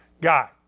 guy